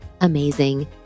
amazing